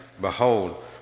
Behold